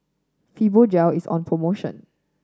fibogel is on promotion